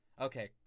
Okay